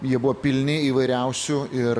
jie buvo pilni įvairiausių ir